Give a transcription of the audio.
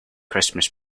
christmas